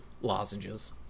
lozenges